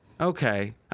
Okay